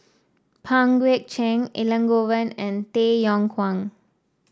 Pang Guek Cheng Elangovan and Tay Yong Kwang